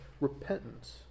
repentance